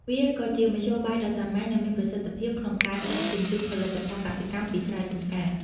វាក៏ជាមធ្យោបាយដ៏សាមញ្ញនិងមានប្រសិទ្ធភាពក្នុងការដឹកជញ្ជូនផលិតផលកសិកម្មពីស្រែចម្ការ។